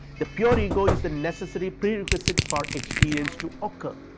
the pure ego is the necessary prerequisite for experience to occur.